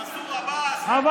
מנסור עבאס,